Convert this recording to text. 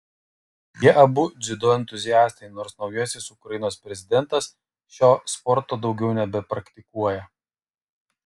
jie abu dziudo entuziastai nors naujasis ukrainos prezidentas šio sporto daugiau nebepraktikuoja